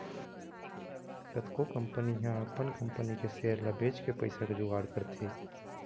कतको कंपनी ह अपन कंपनी के सेयर ल बेचके पइसा के जुगाड़ करथे